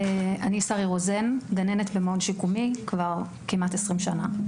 אני שרי רוזן, גננת במעון שיקומי כבר כמעט 20 שנה.